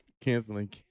Canceling